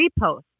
repost